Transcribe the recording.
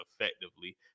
effectively